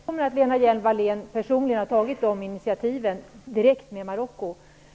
Herr talman! Jag välkomnar att Lena Hjelm Wallén personligen har tagit de initiativen direkt med Marocko.